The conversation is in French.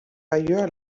ailleurs